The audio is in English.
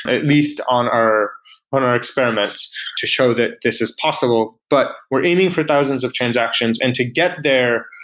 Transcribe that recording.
at least on our on our experiments to show that this is possible but we're aiming for thousands of transactions. and to get there,